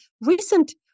recent